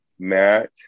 Matt